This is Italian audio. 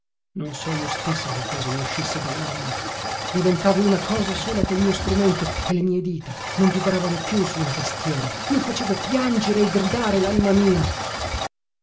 non so io stessa che cosa muscisse dallanima diventavo una cosa sola col mio strumento e le mie dita non vibravano più su una tastiera io facevo piangere e gridare lanima mia